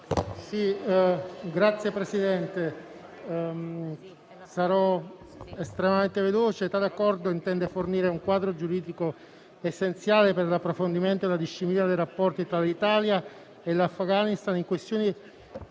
Signor Presidente, sarò estremamente veloce. Tale Accordo intende fornire un quadro giuridico essenziale per l'approfondimento della disciplina dei rapporti tra l'Italia e l'Afghanistan in questioni